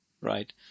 right